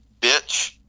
Bitch